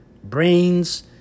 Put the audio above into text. Brains